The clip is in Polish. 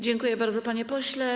Dziękuję bardzo, panie pośle.